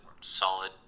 solid